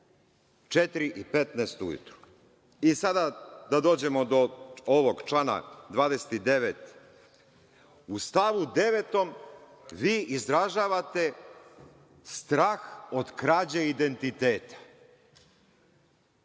4,15 ujutru. Sada, da dođemo do ovog člana 29. U stavu 9. vi izražavate strah od krađe identiteta